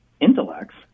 intellects